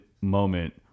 moment